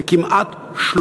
ל-30% כמעט,